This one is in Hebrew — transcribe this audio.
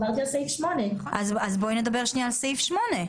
עברנו על סעיף 8. אז בואי נדבר על סעיף 8,